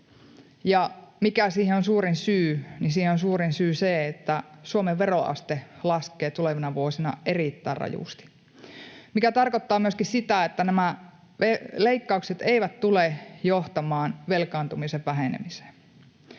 siihen on suurin syy se, että Suomen veroaste laskee tulevina vuosina erittäin rajusti, mikä tarkoittaa myöskin sitä, että nämä leikkaukset eivät tule johtamaan velkaantumisen vähenemiseen.